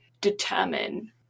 determine